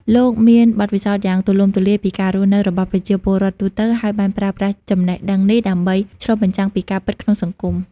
លោកមានបទពិសោធន៍យ៉ាងទូលំទូលាយពីការរស់នៅរបស់ប្រជាពលរដ្ឋទូទៅ ហើយបានប្រើប្រាស់ចំណេះដឹងនេះដើម្បី ឆ្លុះបញ្ចាំងពីការពិតក្នុងសង្គម។